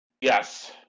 Yes